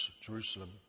Jerusalem